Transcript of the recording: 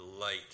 light